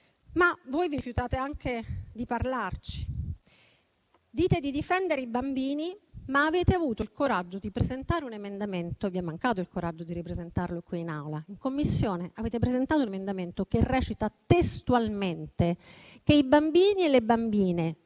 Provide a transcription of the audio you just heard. ma voi vi rifiutate anche di parlarci. Dite di difendere i bambini, ma in Commissione avete avuto il coraggio di presentare un emendamento. Vi è mancato il coraggio di ripresentarlo qui in Aula, ma in Commissione avete presentato un emendamento che recita, testualmente, che i bambini e le bambine